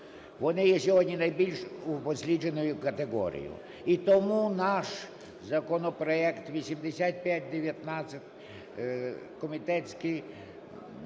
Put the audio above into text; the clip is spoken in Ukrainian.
вони є сьогодні найбільш упослідженою категорією. І тому наш законопроект 8519, комітетський,